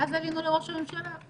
ואז עלינו לראש הממשלה,